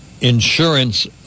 insurance